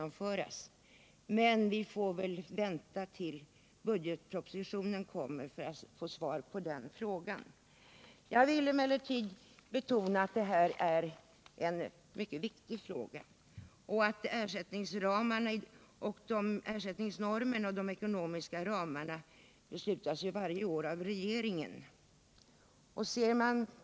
Men vi får väl vänta till dess att budgetpropositionen läggs fram innan vi får svar på den frågan. Jag vill emellertid betona att det gäller en mycket viktig fråga. Ersättningsnormer och ekonomiska ramar beslutas varje år av regeringen.